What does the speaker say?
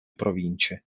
province